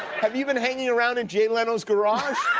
have you been hanging around in jay leno's garage?